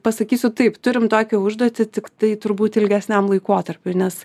pasakysiu taip turim tokią užduotį tiktai turbūt ilgesniam laikotarpiui nes